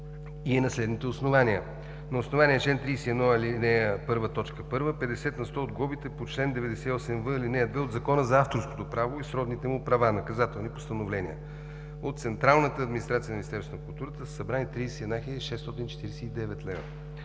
и е на следните основания: - на основание чл. 31, ал. 1, т. 1 – 50 на сто от глобите по чл. 98в, ал. 2 от Закона за авторското право и сродните му права наказателни постановления; - от Централната администрация на Министерството на културата са събрани 31 649 лв.;